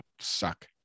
suck